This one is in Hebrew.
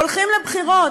הולכים לבחירות.